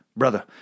Brother